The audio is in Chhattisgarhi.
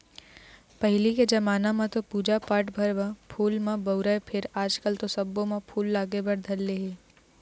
पहिली के जमाना म तो पूजा पाठ भर म फूल ल बउरय फेर आजकल तो सब्बो म फूल लागे भर धर ले हे